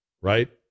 right